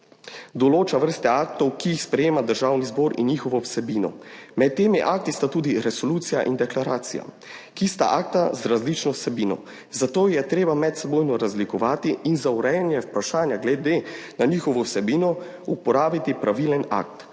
določa vrste aktov, ki jih sprejema Državni zbor in njihovo vsebino. Med temi akti sta tudi resolucija in deklaracija, ki sta akta z različno vsebino, zato je treba medsebojno razlikovati in za urejanje vprašanja glede na njihovo vsebino uporabiti pravilen akt.